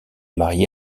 marié